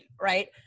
right